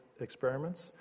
experiments